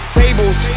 tables